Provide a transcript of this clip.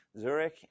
Zurich